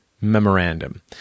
memorandum